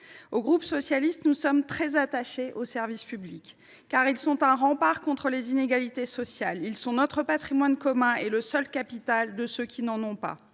et Républicain sont très attachés aux services publics, qui sont un rempart contre les inégalités sociales. Ils sont notre patrimoine commun et le seul capital de ceux qui n’en ont pas.